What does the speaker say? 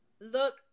look